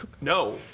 No